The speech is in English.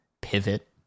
pivot